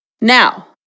Now